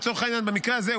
לצורך העניין במקרה הזה,